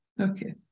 Okay